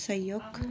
सहयोग